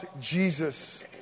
Jesus